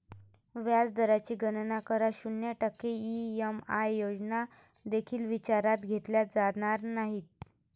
व्याज दराची गणना करा, शून्य टक्के ई.एम.आय योजना देखील विचारात घेतल्या जाणार नाहीत